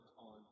on